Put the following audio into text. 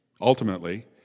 ultimately